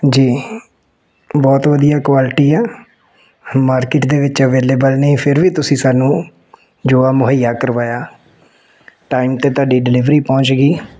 ਜੀ ਬਹੁਤ ਵਧੀਆ ਕੁਆਲਿਟੀ ਆ ਮਾਰਕੀਟ ਦੇ ਵਿੱਚ ਅਵੇਲੇਬਲ ਨਹੀ ਫਿਰ ਵੀ ਤੁਸੀਂ ਸਾਨੂੰ ਜੋ ਆ ਮੁਹੱਈਆ ਕਰਵਾਇਆ ਟਾਈਮ 'ਤੇ ਤੁਹਾਡੀ ਡਿਲੀਵਰੀ ਪਹੁੰਚ ਗਈ